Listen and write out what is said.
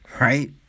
right